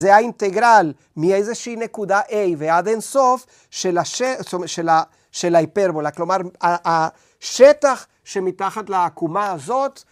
‫זה האינטגרל מאיזושהי נקודה A ‫ועד אין סוף של ההיפרבולה, ‫כלומר, השטח שמתחת ‫לעקומה הזאת.